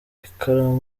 ikaramu